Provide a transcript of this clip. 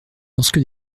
lorsque